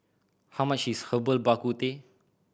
how much is Herbal Bak Ku Teh